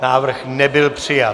Návrh nebyl přijat.